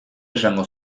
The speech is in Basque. esango